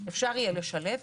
יהיה לשלב,